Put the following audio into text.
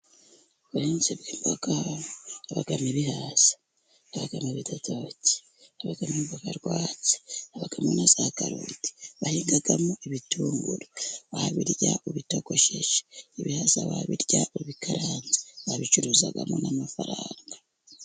Ubuhinzi bw'imboga bubamo ibihaza, bubamo ibidodoki, bubamo imboga rwatsi, bubamo na za karoti ,bahingamo ibitunguru babirya ubitogosheje, ibihaza babirya ubikaranze babicuruzamo n'amafaranga.